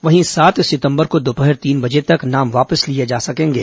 वहीं सात सितंबर को दोपहर तीन बजे तक नाम वापस लिए जा सकेंगे